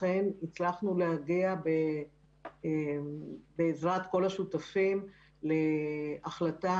הצלחנו להגיע בעזרת כל השותפים להחלטה